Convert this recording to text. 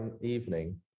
evening